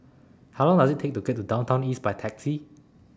How Long Does IT Take to get to Downtown East By Taxi